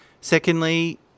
Secondly